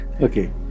Okay